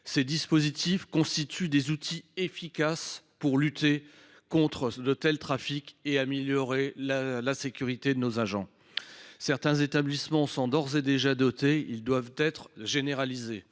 Ces dispositifs constituent des outils efficaces pour lutter contre les trafics et améliorer la sécurité de nos agents. Certains établissements en sont d’ores et déjà dotés, mais ils doivent être généralisés.